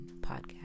podcast